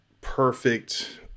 perfect